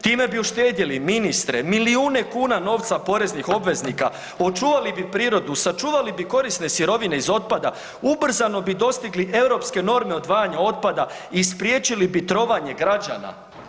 Time bi uštedjeli ministre milijuna kuna novca poreznih obveznika, očuvali bi prirodu, sačuvali bi korisne sirovine iz otpada, ubrzano bi dostigli europske norme odvajanja otpada i spriječili bi trovanje građana.